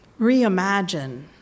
reimagine